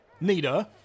Nita